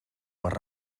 per